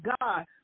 God